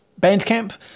Bandcamp